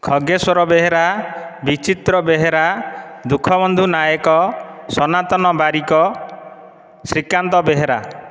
Khageswar Behera Bichitra Behera Dukhabandhu Nayak Sanatan Barik Srikant Behera